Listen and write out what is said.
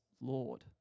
Lord